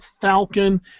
Falcon